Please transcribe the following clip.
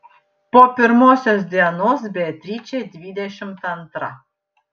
po pirmosios dienos beatričė dvidešimt antra